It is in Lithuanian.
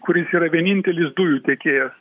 kuris yra vienintelis dujų tiekėjas